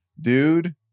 Dude